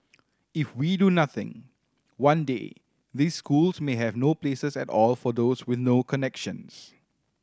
if we do nothing one day these schools may have no places at all for those with no connections